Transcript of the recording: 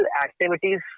activities